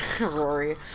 rory